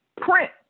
print